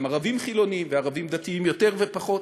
ערבים חילונים וערבים דתיים יותר ופחות,